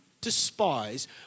despise